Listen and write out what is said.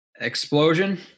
explosion